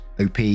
OP